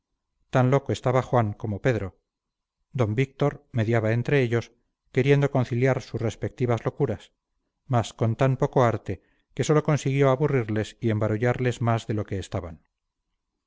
tan loco estaba juan como pedro d víctor mediaba entre ellos queriendo conciliar sus respectivas locuras mas con tan poco arte que sólo consiguió aburrirles y embarullarles más de lo que estaban